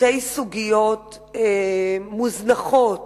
שתי סוגיות מוזנחות